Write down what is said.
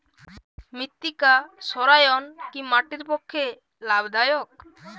মৃত্তিকা সৌরায়ন কি মাটির পক্ষে লাভদায়ক?